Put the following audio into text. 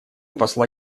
посла